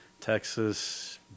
Texas